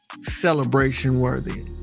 celebration-worthy